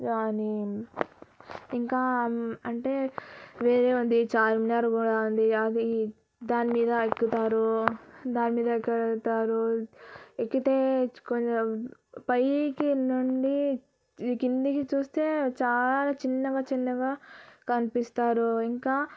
కానీ ఇంకా అంటే వేరే ఉంది చార్మినార్ కూడా ఉంది అది దాని మీద ఎక్కుతారు దానిమీద ఎక్కగలుగుతారు ఎక్కితే కొంచం పైకి నుండి కిందికి చూస్తే చాలా చిన్నగా చిన్నగా కనిపిస్తారు ఇంకా